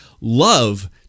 love